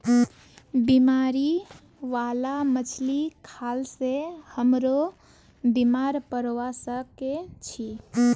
बीमारी बाला मछली खाल से हमरो बीमार पोरवा सके छि